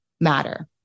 matter